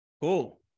cool